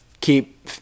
keep